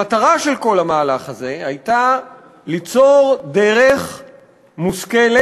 המטרה של כל המהלך הזה הייתה ליצור דרך מושכלת